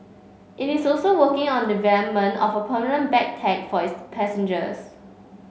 it is also working on development of a permanent bag tag for its passengers